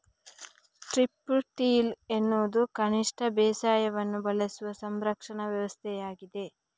strip till ಎನ್ನುವುದು ಕನಿಷ್ಟ ಬೇಸಾಯವನ್ನು ಬಳಸುವ ಸಂರಕ್ಷಣಾ ವ್ಯವಸ್ಥೆಯಾಗಿದೆ